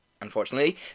Unfortunately